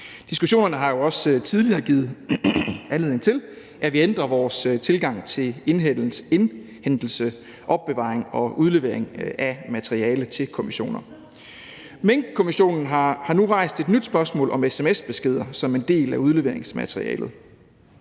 Diskussionerne har jo også tidligere givet anledning til, at vi ændrer vores tilgang til indhentelse, opbevaring og udlevering af materiale til kommissioner. Minkkommissionen har nu rejst et nyt spørgsmål om sms-beskeder som en del af udleveringsmaterialet.